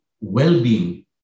well-being